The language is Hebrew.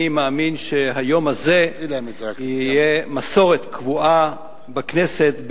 אני מאמין שהיום הזה יהיה מסורת קבועה בכנסת,